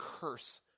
curse